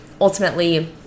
ultimately